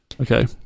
okay